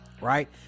Right